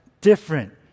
different